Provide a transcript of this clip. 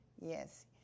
Yes